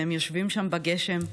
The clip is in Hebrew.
והם יושבים שם בגשם,